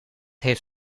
heeft